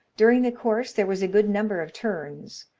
during the course there was a good number of turns,